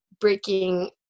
breaking